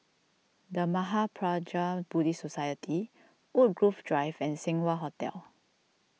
the Mahaprajna Buddhist Society Woodgrove Drive and Seng Wah Hotel